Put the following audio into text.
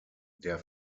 der